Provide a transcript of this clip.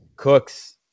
cooks